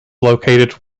located